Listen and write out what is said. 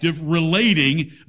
relating